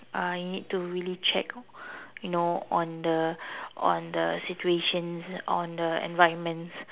uh you need to really check you know on the on the situations on the environments